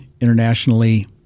internationally